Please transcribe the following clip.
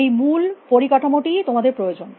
এই মূল পরিকাঠামো টিই তোমাদের প্রয়োজন